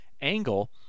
angle